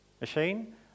machine